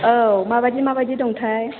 औ माबायदि माबायदि दंथाय